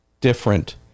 different